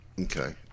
Okay